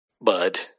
Bud